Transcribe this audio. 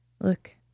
Look